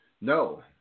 No